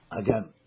Again